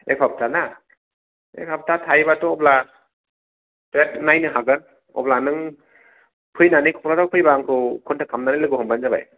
एक हबथा ना एक हबथा थायोब्लाथ' अब्ला बिराथ नायनो हागोन अब्ला नों फैनानै क'क्राझार फैब्ला आंखौ कनथेख खालामनानै लोगो हमबानो जाबाय